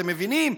אתם מבינים?